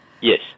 Yes